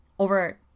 over